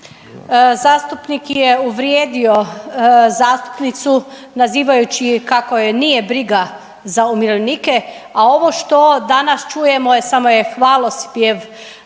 Zastupnik je uvrijedio zastupnicu nazivajući kako je nije briga za umirovljenike, a ovo što danas čujemo smo je hvalospjev